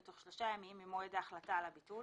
בתוך שלושה ימים ממועד החלטה על הביטול,